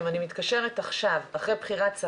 אני רק רוצה לסבר את האוזן כשגברתי מדברת על פניות,